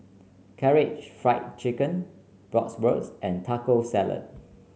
Karaage Fried Chicken Bratwurst and Taco Salad